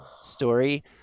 story